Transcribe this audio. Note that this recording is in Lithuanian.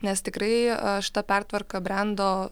nes tikrai šita pertvarka brendo